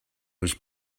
was